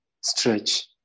stretch